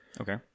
okay